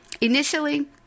Initially